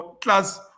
class